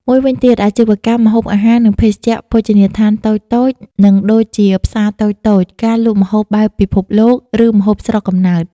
មួយវិញទៀត អាជីវកម្មម្ហូបអាហារ និងភេសជ្ជៈភោជនីយដ្ឋានតូចៗ និងដូចជាផ្សារតូចៗ ការលក់ម្ហូបបែបពិភពលោក ឬម្ហូបស្រុកកំណើត។